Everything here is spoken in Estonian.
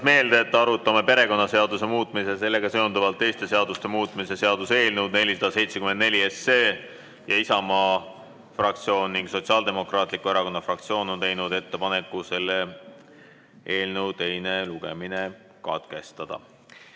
meelde, et me arutame perekonnaseaduse muutmise ja sellega seonduvalt teiste seaduste muutmise seaduse eelnõu 474 ja Isamaa fraktsioon ning Sotsiaaldemokraatliku Erakonna fraktsioon on teinud ettepaneku selle eelnõu teine lugemine katkestada.